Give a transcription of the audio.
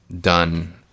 done